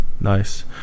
Nice